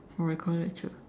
for recorded lecture